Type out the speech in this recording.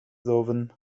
ddwfn